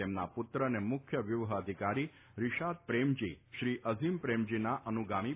તેમના પુત્ર અને મુખ્ય વ્યૂહ અધિકારી રિષાદ પ્રેમજી શ્રી અઝીમ પ્રેમજીના અનુગામી બનશે